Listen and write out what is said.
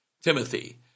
Timothy